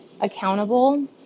accountable